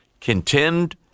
contend